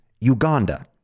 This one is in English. Uganda